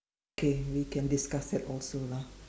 okay we can discuss that also lah